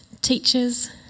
teachers